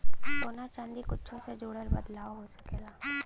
सोना चादी कुच्छो से जुड़ल बदलाव हो सकेला